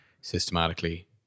systematically